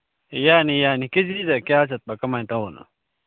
ꯌꯥꯅꯤ ꯌꯥꯅꯤ ꯀꯦ ꯖꯤꯗ ꯀꯌꯥ ꯆꯠꯄ ꯀꯃꯥꯏ ꯇꯧꯕꯅꯣ